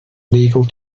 legal